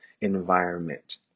environment